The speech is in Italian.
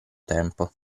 tempo